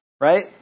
Right